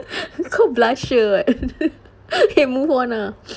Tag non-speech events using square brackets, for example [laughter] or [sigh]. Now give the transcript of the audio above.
[laughs] call blusher [what] [laughs] okay move on ah [breath]